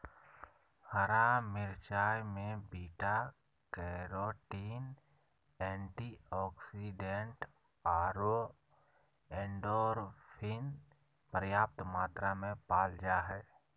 हरा मिरचाय में बीटा कैरोटीन, एंटीऑक्सीडेंट आरो एंडोर्फिन पर्याप्त मात्रा में पाल जा हइ